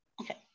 okay